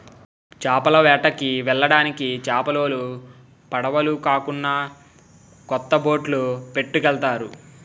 చేపల వేటకి వెళ్ళడానికి చేపలోలు పడవులు కాకున్నా కొత్త బొట్లు పట్టుకెళ్తారు